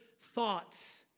thoughts